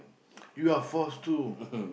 you are forced to